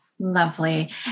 Lovely